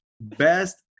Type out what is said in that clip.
best